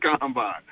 combine